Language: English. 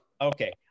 okay